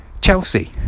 Chelsea